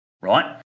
right